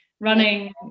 running